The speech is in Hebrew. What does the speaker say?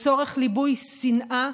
לצורך ליבוי שנאה,